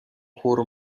chór